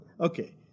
okay